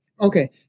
okay